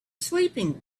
sleeping